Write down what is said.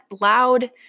loud